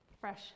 fresh